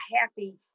happy